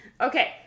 Okay